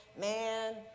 Man